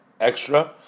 extra